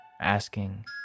asking